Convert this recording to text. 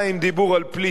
דיבור על פליטים,